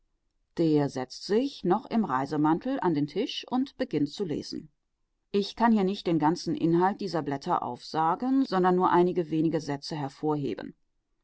der setzt sich noch im reisemantel an den tisch und beginnt zu lesen ich kann hier nicht den ganzen inhalt dieser blätter aufsagen sondern nur einige wenige sätze hervorheben